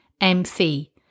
MC